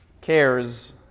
cares